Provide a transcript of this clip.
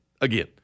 again